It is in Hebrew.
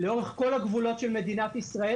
לאורך כל הגבולות של מדינת ישראל,